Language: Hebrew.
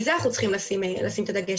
על זה אנחנו צריכים לשים את הדגש,